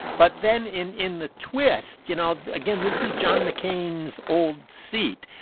but then in in the twist you know, again, this is john mccain's old seat.